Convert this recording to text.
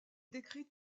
décrite